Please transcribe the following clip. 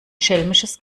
schelmisches